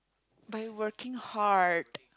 by working hard